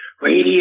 radio